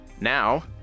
Now